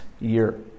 year